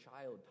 child